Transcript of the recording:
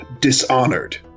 dishonored